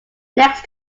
next